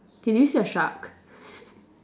can you see a shark